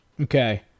Okay